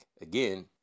Again